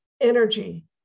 energy